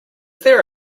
there